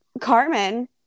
Carmen